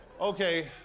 Okay